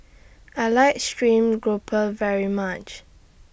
I like Stream Grouper very much